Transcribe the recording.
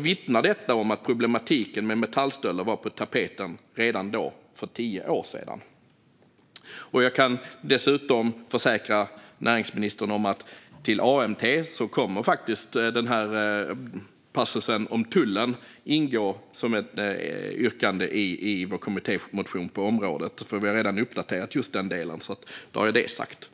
vittnar den om att problematiken med metallstölder var på tapeten redan då, för tio år sedan. Jag kan dessutom försäkra näringsministern om att till AMT kommer passusen om tullen att ingå som ett yrkande i vår kommittémotion på området. Vi har redan uppdaterat just den delen. Då har jag det sagt.